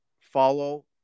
follow